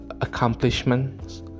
accomplishments